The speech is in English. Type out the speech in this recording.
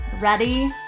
Ready